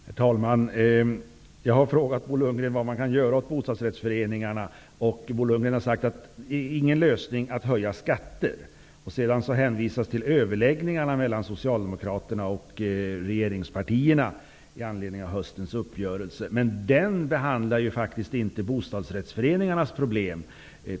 Herr talman! Jag har frågat Bo Lundgren vad man kan göra åt bostadsrättsföreningarnas problem, och Bo Lundgren har sagt att det inte är någon lösning att höja skatter. Sedan hänvisas till överläggningarna mellan Socialdemokraterna och regeringspartierna med anledning av höstens uppgörelse, men i den uppgörelsen behandlades ju faktiskt inte bostadsrättsföreningarnas problem.